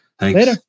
Later